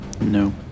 No